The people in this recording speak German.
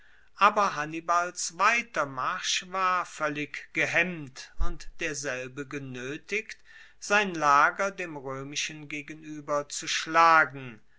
aber hannibals weitermarsch war voellig gehemmt und derselbe genoetigt sein lager dem roemischen gegenueber zu schlagen